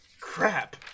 Crap